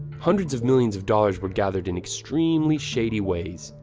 hundreds of millions of dollars were gathered in extremely shady ways.